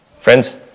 Friends